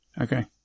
Okay